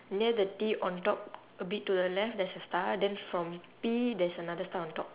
near the T on top a bit to the left there's a star then from P there's another star on top